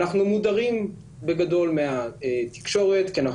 אנחנו מודרים בגדול מהתקשורת כי אנחנו